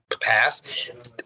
path